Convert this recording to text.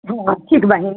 हँ ठीक बहिन